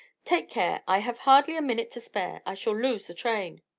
take care! i have hardly a minute to spare. i shall lose the train.